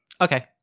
Okay